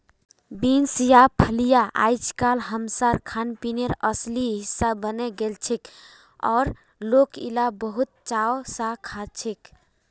beans या फलियां अइजकाल हमसार खानपीनेर असली हिस्सा बने गेलछेक और लोक इला बहुत चाव स खाछेक